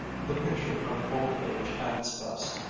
the picture of old age at its best,